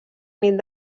nit